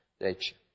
nature